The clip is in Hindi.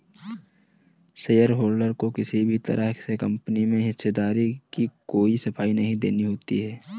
शेयरहोल्डर को किसी भी तरह से कम्पनी में हिस्सेदारी की कोई सफाई नहीं देनी होती है